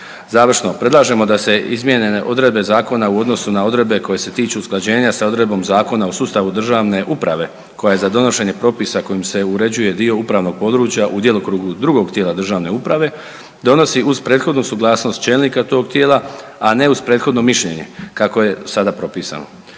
Završno, predlažemo da se izmijenjene odredbe zakona u odnosu na odredbe koje se tiču usklađenja sa odredbom Zakona o sustavu državne uprave koja je za donošenje propisa kojim se uređuje dio upravnog područja u djelokrugu drugog tijela državne uprave donosi uz prethodnu suglasnost čelnika tog tijela, a ne uz prethodno mišljenje kako je sada propisano.